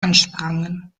ansprangen